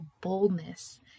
boldness